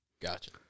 Gotcha